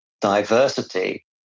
diversity